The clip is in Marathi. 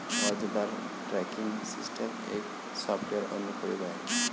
अर्जदार ट्रॅकिंग सिस्टम एक सॉफ्टवेअर अनुप्रयोग आहे